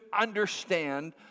understand